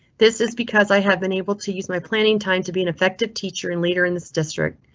this is because i have been able to use my planning time to be an effective teacher and leader in this district.